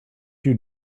you